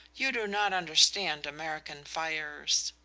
you do not understand american fires!